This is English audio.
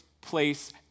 place